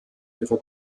ihrer